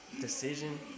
decision